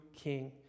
king